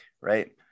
right